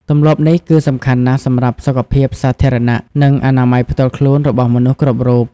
ទម្លាប់នេះ គឺសំខាន់ណាស់សម្រាប់សុខភាពសាធារណៈ និងអនាម័យផ្ទាល់ខ្លួនរបស់មនុស្សគ្រប់រូប។